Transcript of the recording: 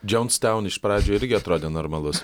džouns teun iš pradžių irgi atrodė normalus